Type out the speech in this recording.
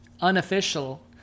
unofficial